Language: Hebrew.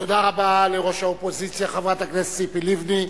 תודה רבה לראש האופוזיציה, חברת הכנסת ציפי לבני.